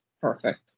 perfect